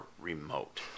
remote